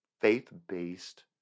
Faith-based